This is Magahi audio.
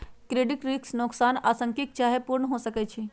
क्रेडिट रिस्क नोकसान आंशिक चाहे पूर्ण हो सकइ छै